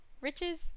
Riches